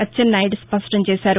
అచ్చెన్నాయుడు స్పష్టం చేశారు